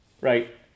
right